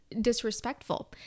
disrespectful